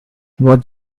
what